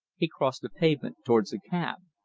he crossed the pavement towards the cab.